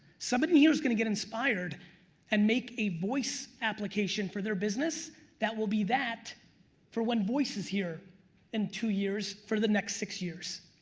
somebody in here's gonna get inspired and make a voice application for their business that will be that for when voice is here in two years for the next six years,